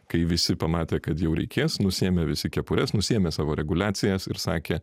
kai visi pamatė kad jau reikės nusiėmė visi kepures nusiėmė savo reguliacijas ir sakė